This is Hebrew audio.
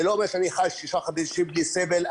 זה לא אומר שאני חי שישה חודשים בלי סבל.